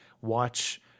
watch